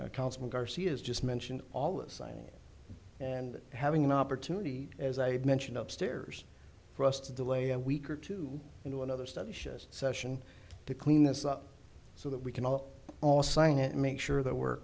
counsel garcias just mention all assigning and having an opportunity as i mentioned up stairs for us to delay a week or two into another study shows session to clean this up so that we can all all sign it and make sure that we're